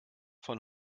von